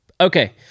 Okay